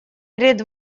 перед